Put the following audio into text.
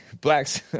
blacks